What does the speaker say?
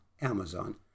Amazon